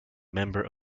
member